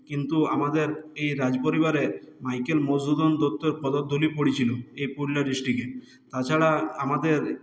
কিন্তু আমাদের এই রাজপরিবারে মাইকেল মধুসূদন দত্তর পদধূলি পড়েছিলো এই পুরুলিয়া ডিস্ট্রিকে তাছাড়া আমাদের